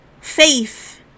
faith